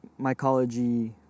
mycology